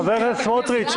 חבר הכנסת סמוטריץ',